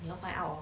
you must find out